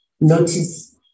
notice